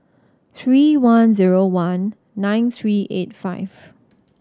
three one zero one nine three eight five